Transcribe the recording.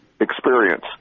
experience